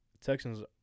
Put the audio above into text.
Texans